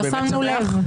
לא שמנו לב.